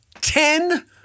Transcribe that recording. ten